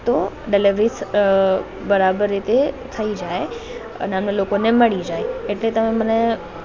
તો ડેલીવરી બરાબર રીતે થઈ જાય અને અમને લોકોને મળી જાય એટલે તમે મને